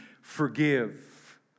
forgive